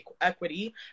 equity